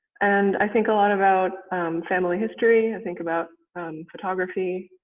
and i think a lot about family history. and i think about photography.